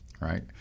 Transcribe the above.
right